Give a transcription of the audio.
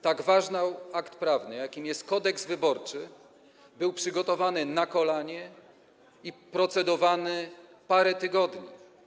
Tak ważny akt prawny, jakim jest Kodeks wyborczy, był przygotowany na kolanie i procedowany parę tygodni.